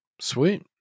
Sweet